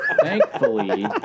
Thankfully